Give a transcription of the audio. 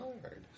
hard